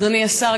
אדוני השר,